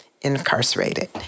incarcerated